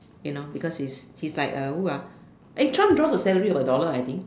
you know because he's he's like who ah eh triumph draws a salary of a dollar I think